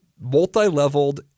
multi-leveled